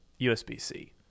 USB-C